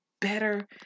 better